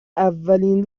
اولین